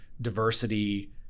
diversity